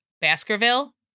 Baskerville